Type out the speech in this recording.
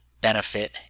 benefit